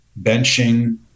benching